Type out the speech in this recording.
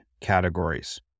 categories